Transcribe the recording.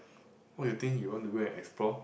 what you think you want to go and explore